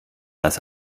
das